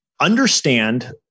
understand